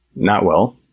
not well.